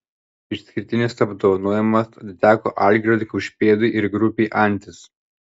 išskirtinis apdovanojimas atiteko algirdui kaušpėdui ir grupei antis